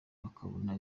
bakabona